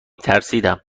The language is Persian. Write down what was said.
ترسیدم